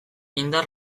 indar